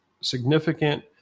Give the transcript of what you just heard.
significant